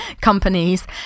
companies